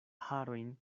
harojn